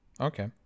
Okay